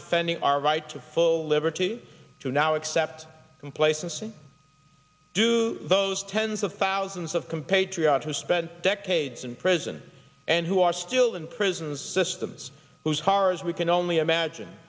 defending our right to full liberty to now accept complacency do those tens of thousands of compatriots who spent decades in prison and who are still in prisons systems whose cars we can only imagine